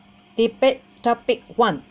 debate topic one